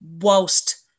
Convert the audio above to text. whilst